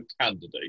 candidate